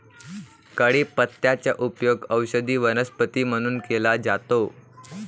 कढीपत्त्याचा उपयोग औषधी वनस्पती म्हणून केला जातो